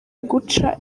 guca